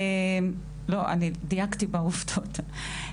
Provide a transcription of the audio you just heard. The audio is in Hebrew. דייקתי בעובדות.